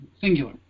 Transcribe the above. Singular